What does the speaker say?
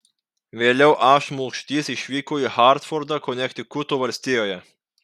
vėliau a šmulkštys išvyko į hartfordą konektikuto valstijoje